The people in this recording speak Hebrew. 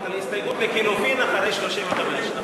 על הסתייגות לחלופין אחרי 35, נכון?